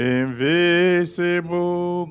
invisible